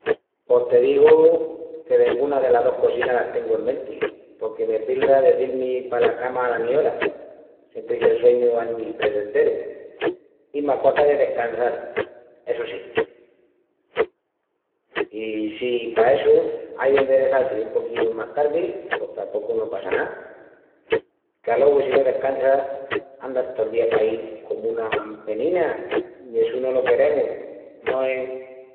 Pos te digu que denguna delas dos cosinas las tengu en menti, porque me pilra de dil-mi pala cama ala mi ora, siempri que'l sueñu andi presenteru. I m'aquaca de descansal, essu sí, i sí pa essu, ai d'enderezal-si un poquinu más tardi pos tapocu no passa ná. Qu'alogu si no descansas, andas tol día paí comu una mampenina. I essu no lo queremus, no es?